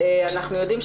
אנחנו יודעים,